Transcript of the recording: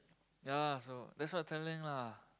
ya so that's what telling lah